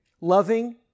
loving